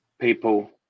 people